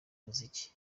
muziki